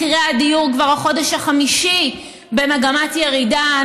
מחירי הדיור כבר החודש החמישי במגמת ירידה.